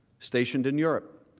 stationed in europe.